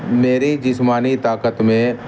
میری جسمانی طاقت میں